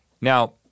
Now